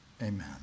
amen